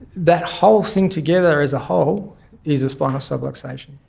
that whole thing together as a whole is a spinal subluxation.